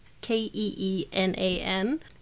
K-E-E-N-A-N